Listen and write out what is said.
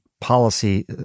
policy